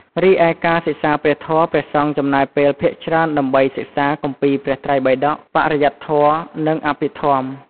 រីឯការសិក្សាព្រះធម៌ ព្រះសង្ឃចំណាយពេលភាគច្រើនដើម្បីសិក្សាគម្ពីរព្រះត្រៃបិដក បរិយត្តិធម៌ និងអភិធម្ម។